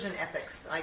ethics